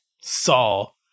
Saul